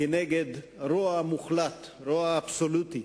נגד רוע מוחלט, רוע אבסולוטי,